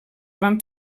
van